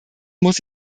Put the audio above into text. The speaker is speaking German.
muss